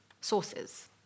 sources